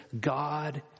God